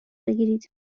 بگیرید